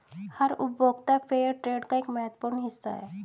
हर उपभोक्ता फेयरट्रेड का एक महत्वपूर्ण हिस्सा हैं